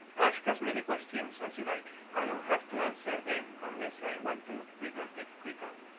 ask as many questions as you like. i don't have to answer them unless i want to, retorted creaker.